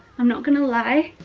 i'm not gonna lie